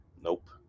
Nope